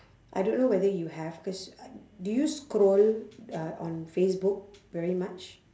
I don't know whether you have cause uh do you scroll uh on facebook very much